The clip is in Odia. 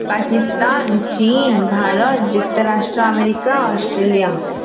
ପାକିସ୍ତାନ୍ ଚୀନ୍ ଭାରତ ଯୁକ୍ତରାଷ୍ଟ୍ର ଆମେରିକା ଅଷ୍ଟ୍ରେଲିଆ